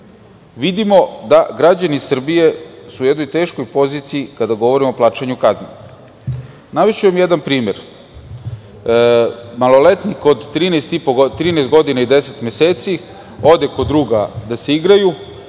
vidimo da su građani Srbije u jednoj teškoj poziciji, kada govorimo o plaćanju kazni. Navešću vam jedan primer. Maloletnik od 13 godina i 10 meseci ode kod druga da se igraju